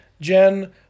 Jen